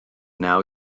now